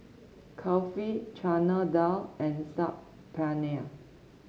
Kulfi Chana Dal and Saag Paneer